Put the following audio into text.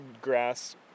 grass